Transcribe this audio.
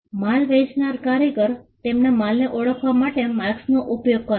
હવે માલ વેચનારા કારીગર તેમના માલને ઓળખવા માટે માર્કસનો ઉપયોગ કરતા